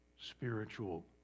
spiritual